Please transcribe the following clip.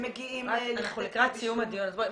אנחנו לקראת סיום הדיון, אז בואי.